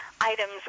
items